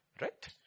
right